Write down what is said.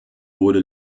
wurde